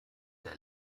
der